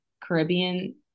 Caribbean